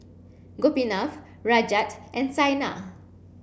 Gopinath Rajat and Saina